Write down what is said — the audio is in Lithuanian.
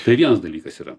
tai vienas dalykas yra